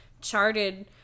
charted